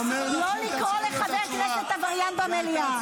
לא לקרוא לחבר כנסת עבריין במליאה.